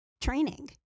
training